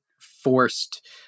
forced